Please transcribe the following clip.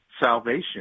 salvation